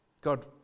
God